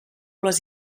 les